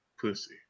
pussy